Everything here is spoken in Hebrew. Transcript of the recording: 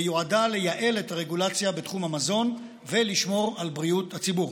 ויועדה לייעל את הרגולציה בתחום המזון ולשמור על בריאות הציבור.